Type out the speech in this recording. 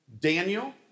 Daniel